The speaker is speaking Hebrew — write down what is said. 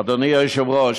אדוני היושב-ראש,